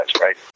right